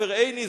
עופר עיני,